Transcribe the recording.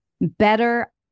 better